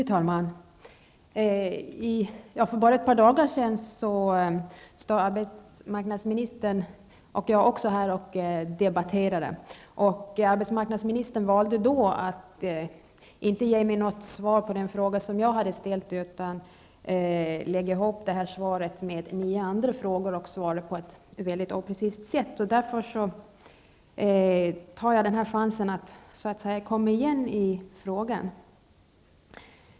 Fru talman! För bara ett par dagar sedan stod arbetsmarknadsministern och jag också här och debatterade. Arbetsmarknadsministern valde då att inte ge mig något svar på den fråga som jag hade ställt, utan han lade ihop det svaret med svaret på nio andra frågor och svarade på ett mycket oprecist sätt. Därför tar jag chansen att komma igen i frågan.